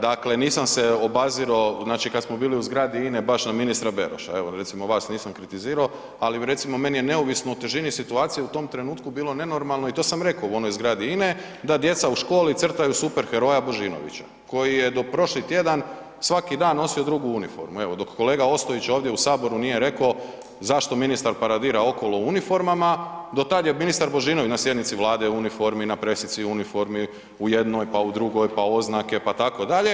dakle nisam se obazirao, znači kad smo bili u zgradi INA-e, baš na ministra Beroša, evo recimo vas nisam kritizirao, ali recimo meni je neovisno o težini situacije, u tom trenutku bilo nenormalno i to sam reko u onoj zgradi INA-e da djeca u školi crtaju super heroja Božinovića koji je do prošli tjedan svaki dan nosio drugu uniformu evo, dok kolega Ostojić ovdje u saboru nije reko zašto ministar paradira okolo u uniformama, dotad je ministar Božinović na sjednici Vlade u uniformi, na presici u uniformi, u jednoj, pa u drugoj, pa oznake, pa tako dalje.